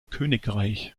königreich